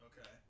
okay